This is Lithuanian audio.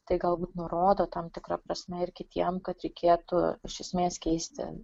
tai galbūt nurodo tam tikra prasme ir kitiem kad reikėtų iš esmės keisti